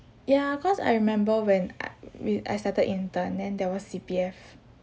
ya cause I remember when I when I started intern then there was C_P_F